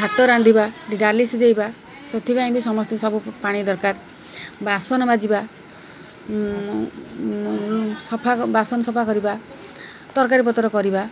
ଭାତ ରାନ୍ଧିବା ଡାଲି ସିଜେଇବା ସେଥିପାଇଁ ବି ସମସ୍ତେ ସବୁ ପାଣି ଦରକାର ବାସନ ମାଜିବା ସଫା ବାସନ ସଫା କରିବା ତରକାରୀ ପତ୍ର କରିବା